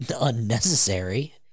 unnecessary